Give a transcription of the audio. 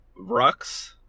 Rux